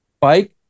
bike